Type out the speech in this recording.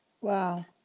Wow